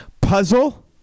puzzle